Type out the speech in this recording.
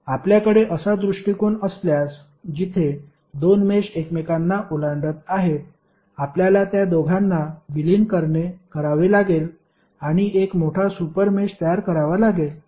आपल्याकडे असा दृष्टिकोन असल्यास जिथे दोन मेष एकमेकांना ओलांडत आहेत आपल्याला त्या दोघांना विलीन करावे लागेल आणि एक मोठा सुपर मेष तयार करावा लागेल